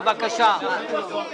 במועצה מקומית,